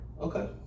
Okay